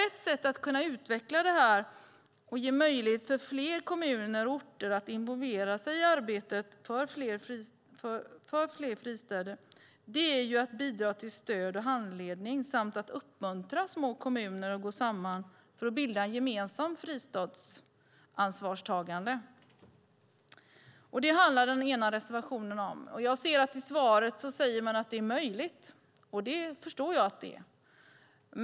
Ett sätt att utveckla det här och ge fler kommuner och orter möjligheten att involvera sig i arbetet för fler fristäder är att bidra till stöd och handledning samt att uppmuntra små kommuner att gå samman för att bilda ett gemensamt fristadsansvarstagande. Det handlar en av reservationerna om, och jag ser att man i svaret säger att det är möjligt. Det förstår jag att det är.